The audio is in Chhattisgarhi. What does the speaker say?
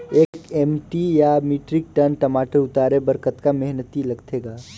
एक एम.टी या मीट्रिक टन टमाटर उतारे बर कतका मेहनती लगथे ग?